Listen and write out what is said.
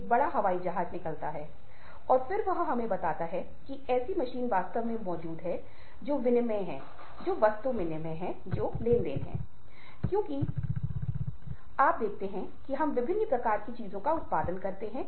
जैसा कि आप जानते हैं और मैंने पहले चर्चा की थी सभी बुद्धि परीक्षण का मतलब था की आपके विश्लेषणात्मक कौशल तार्किक क्षमता और रचनात्मकता को मापते हैं और वे आपकी भिन्न सोच को मापते हैं